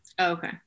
Okay